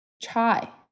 chai